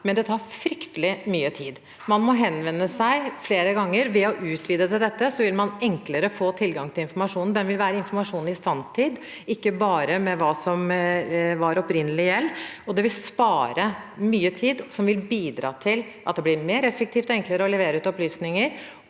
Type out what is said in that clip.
at det tar fryktelig mye tid. Man må henvende seg flere ganger. Ved å utvide dette vil man enklere få tilgang til informasjonen. Det vil være informasjon i sanntid, ikke bare om hva som var opprinnelig gjeld. Det vil spare mye tid, noe som vil bidra til at det blir mer effektivt og enklere å levere ut opplysninger,